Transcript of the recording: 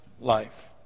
life